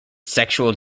sexual